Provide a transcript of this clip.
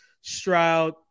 Stroud